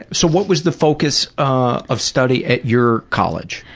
so what was the focus ah of study at your college?